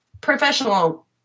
professional